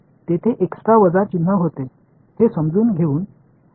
எனவே இது இங்கே ஒரு பிளஸ் அடையாளம் இருந்தது